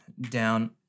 down